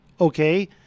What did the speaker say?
Okay